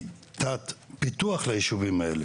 מתת פיתוח ליישובים האלה,